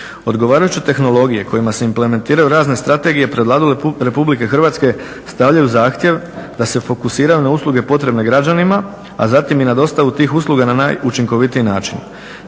Odgovarajuće tehnologije kojima se implementiraju razne strategije … RH stavljaju zahtjev da se fokusiraju na usluge potrebne građanima, a zatim i na dostavu tih usluga na najučinkovitiji način.